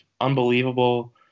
unbelievable